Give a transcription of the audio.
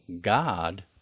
God